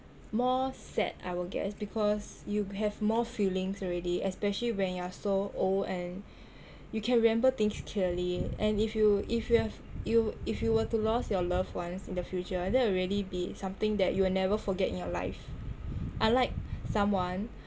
more sad I will guess because you have more feelings already especially when you're so old and you can remember things clearly and if you if you have you if you were to lost your loved ones in the future that will really be something that you will never forget in your life unlike someone